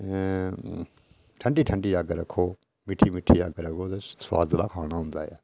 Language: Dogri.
ठंडी ठंडी अग्ग रखो मिट्ठी मिट्ठी अग्ग रखो ते सोआदला खाना होंदा ऐ